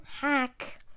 hack